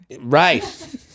Right